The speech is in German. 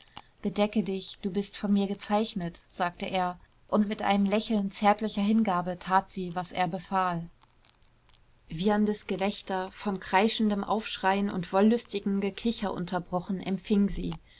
bedecke dich du bist von mir gezeichnet sagte er und mit einem lächeln zärtlicher hingabe tat sie was er befahl wieherndes gelächter von kreischendem aufschreien und wollüstigem gekicher unterbrochen empfing sie